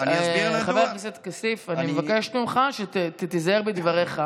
חבר הכנסת כסיף, אני מבקשת ממך שתיזהר בדבריך.